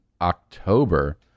October